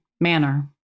manner